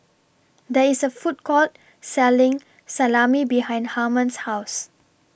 There IS A Food Court Selling Salami behind Harmon's House